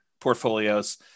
portfolios